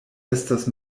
estas